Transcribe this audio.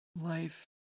life